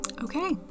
Okay